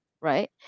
Right